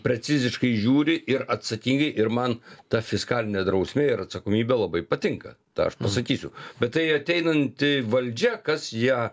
preciziškai žiūri ir atsakingai ir man ta fiskalinė drausmė ir atsakomybė labai patinka tą aš pasakysiu bet tai ateinanti valdžia kas ją